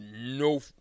no